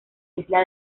isla